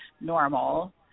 normal